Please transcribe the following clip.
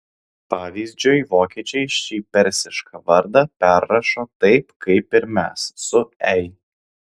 pavyzdžiui vokiečiai šį persišką vardą perrašo taip kaip ir mes su ei